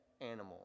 animal